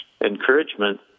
encouragement